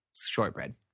shortbread